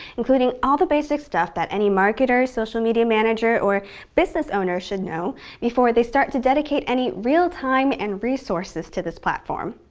including all the basic stuff that any marketer, social media manager or business owner should know before they start to dedicate any real time or and resources to this platform.